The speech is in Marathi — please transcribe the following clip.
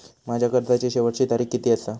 माझ्या कर्जाची शेवटची तारीख किती आसा?